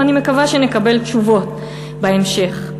ואני מקווה שנקבל תשובות בהמשך.